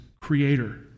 creator